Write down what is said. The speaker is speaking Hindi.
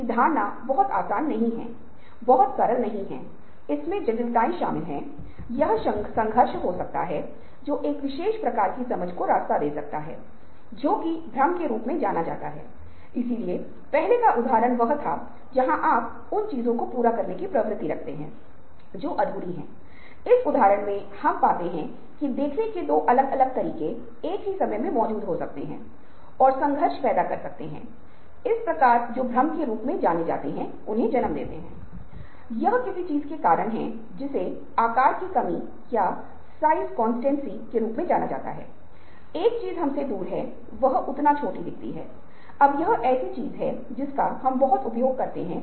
मुझे बताएं कि आप कितने चाकू ऑटोमोबाइल टायर एक कुर्सी एक चाबी एक पेंसिल एक टेलीफोन बुक कितने तरीको मे उपयोग कर सकते हैं और हर आइटम के लीए आपको उन असामान्य तरीकों का उल्लेख करना होगा जिनमें आप इसका उपयोग कर सकते हैं